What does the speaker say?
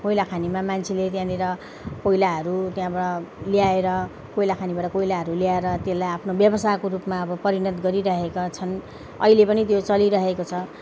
कोइलाखानीमा मान्छेले त्यहाँनिर कोइलाहरू त्यहाँबाट ल्याएर कोइलाखानीबाट कोइलाहरू ल्याएर त्यसलाई आफ्नो व्यवसायको रूपमा अब परिणत गरिरहेका छन् अहिले पनि त्यो चलिरहेको छ